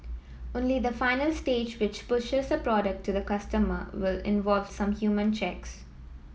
only the final stage which pushes a product to the customer will involve some human checks